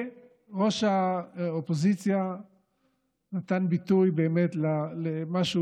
וראש האופוזיציה נתן ביטוי באמת למה שהוא